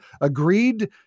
agreed